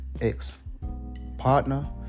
ex-partner